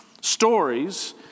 stories